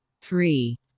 three